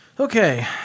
Okay